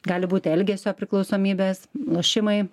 gali būti elgesio priklausomybės lošimai